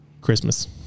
Christmas